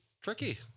tricky